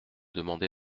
demander